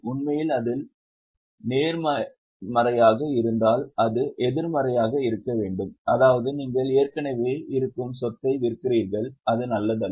உண்மையில் அது நேர்மறையாக இருந்தால் அது எதிர்மறையாக இருக்க வேண்டும் அதாவது நீங்கள் ஏற்கனவே இருக்கும் சொத்தை விற்கிறீர்கள் அது நல்லதல்ல